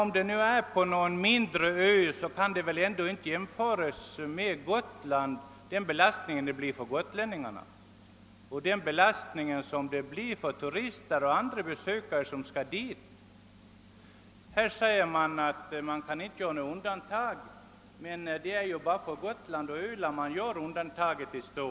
Om detta nu var någon mindre ö, så kan ju denna ändå inte jämföras med Gotland och den belastning som momsen medför för gotlänningarna och för turister och andra besökare. Det sägs att det inte kan göras något undantag. Men det är ju i stort sett bara för Gotland och Öland som detta unantag skulle gälla.